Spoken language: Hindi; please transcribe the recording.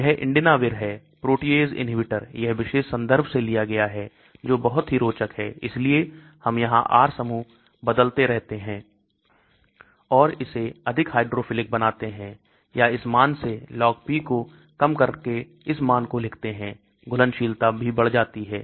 यह Indinavir है protease inhibitor यह विशेष संदर्भ से लिया गया है जो बहुत ही रोचक है इसलिए हम यहां R समूह बदलते रहते हैं और इसे अधिक हाइड्रोफिलिक बनाते हैं या इस मान से LogP को कम करके इस मान को लिखते हैं घुलनशीलता भी बढ़ जाती है